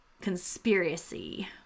Conspiracy